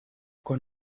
con